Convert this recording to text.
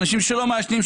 אנשים שלא מעשנים.